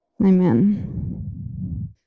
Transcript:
Amen